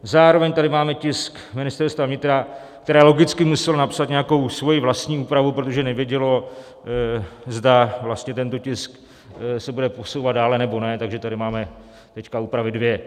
Zároveň tady máme tisk Ministerstva vnitra, které logicky muselo napsat nějakou svoji vlastní úpravu, protože nevědělo, zda tento tisk se bude posouvat dál, nebo ne, takže tady máme teď úpravy dvě.